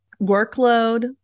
workload